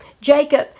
Jacob